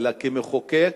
אלא כמחוקק,